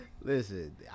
listen